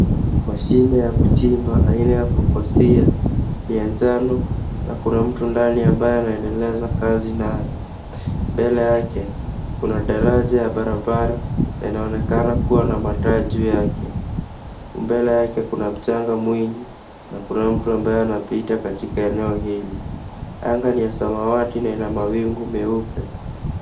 Mashine ya kuchimba aina ya fukusia ya njano na kuna mtu ndani ambaye anaendeleza kazi nayo. Mbele yake kuna draja ya barabara na inaonekana kuwa na mataa juu yake. Mbele yake kuna mchanga mwingi na kuna mtu ambaye anapita katika eneo hili. Anga ni ya samawati na ina mawingu meupe.